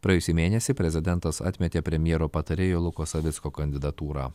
praėjusį mėnesį prezidentas atmetė premjero patarėjo luko savicko kandidatūrą